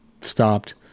stopped